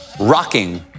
rocking